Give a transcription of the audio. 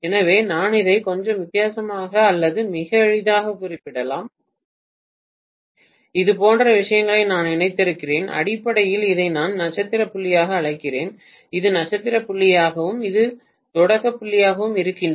எனவே நான் இதை கொஞ்சம் வித்தியாசமாக அல்லது மிக எளிதாக குறிப்பிடலாம் இது போன்ற விஷயங்களை நான் இணைத்திருக்கிறேன் அடிப்படையில் இதை நான் நட்சத்திர புள்ளியாக அழைக்கிறேன் இது நட்சத்திர புள்ளியாகவும் இது தொடக்க புள்ளியாகவும் இருக்கிறது